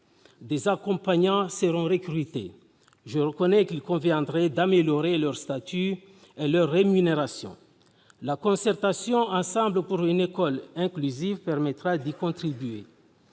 Des accompagnants seront recrutés. Je reconnais qu'il conviendrait d'améliorer leur statut et leur rémunération. La concertation « Ensemble pour une école inclusive » permettra d'y contribuer.